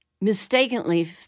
mistakenly